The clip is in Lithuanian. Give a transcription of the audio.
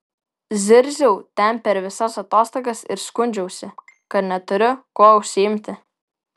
zirziau ten per visas atostogas ir skundžiausi kad neturiu kuo užsiimti